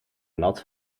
nat